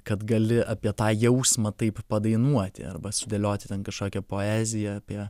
kad gali apie tą jausmą taip padainuoti arba sudėlioti ten kažkokią poeziją apie